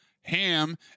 Ham